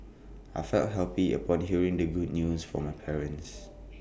I felt happy upon hearing the good news from my parents